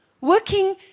Working